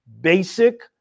basic